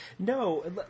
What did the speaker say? No